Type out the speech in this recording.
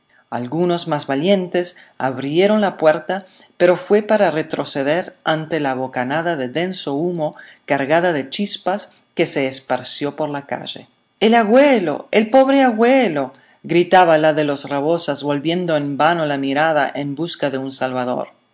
algunos más valientes abrieron la puerta pero fue para retroceder ante la bocanada de denso humo cargada de chispas que se esparció por la calle el agüelo el pobre agüelo gritaba la de los rabosas volviendo en vano la mirada en busca de un salvador